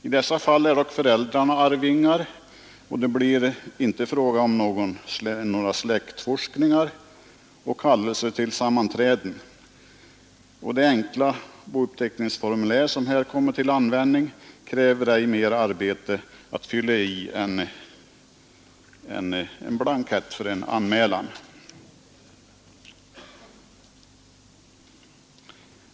I detta fall är dock föräldrarna arvingar, och det blir inte fråga om några släktforskningar och kallelser till sammanträden. Det enkla bouppteckningsformulär som här kommer till användning kräver ej mer arbete att fylla i än en blankett för en anmälan.